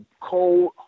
cold